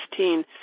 2016